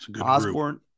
Osborne